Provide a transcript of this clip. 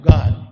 God